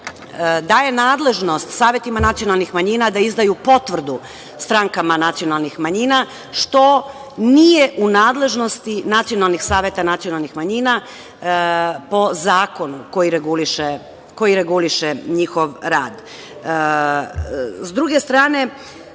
daje nadležnost savetima nacionalnih manjina da izdaju potvrdu strankama nacionalnih manjina, što nije u nadležnosti nacionalnih saveta nacionalnih manjina po zakonu koji reguliše njihov rad.S druge strane,